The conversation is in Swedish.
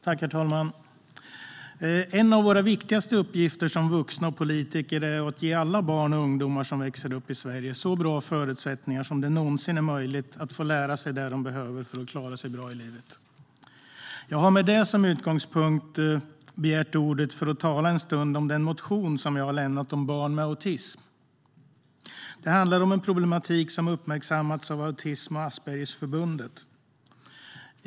Herr talman! En av våra viktigaste uppgifter som vuxna och politiker är att ge alla barn och ungdomar som växer upp i Sverige så bra förutsättningar som det någonsin är möjligt att få lära sig det de behöver för att klara sig bra i livet. Jag har med det som utgångspunkt begärt ordet för att tala en stund om den motion jag har lämnat om barn med autism. Det handlar om en problematik som uppmärksammats av Autism och Aspergerförbundet.